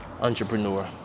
entrepreneur